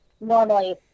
normally